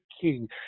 king